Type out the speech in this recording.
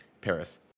Paris